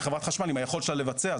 עם חברת חשמל, עם היכולת שלה לבצע.